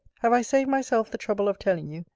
have i saved myself the trouble of telling you,